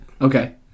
Okay